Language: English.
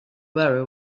very